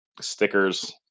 stickers